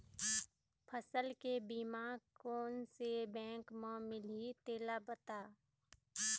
फसल के बीमा कोन से बैंक म मिलही तेला बता?